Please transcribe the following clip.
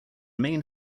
main